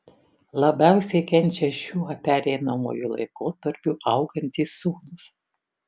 labiausiai kenčia šiuo pereinamuoju laikotarpiu augantys sūnūs